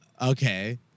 okay